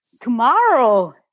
tomorrow